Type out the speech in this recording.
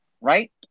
right